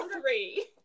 three